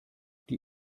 die